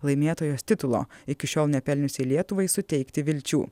laimėtojos titulo iki šiol nepelniusiai lietuvai suteikti vilčių